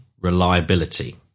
reliability